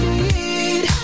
need